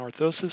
orthosis